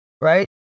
right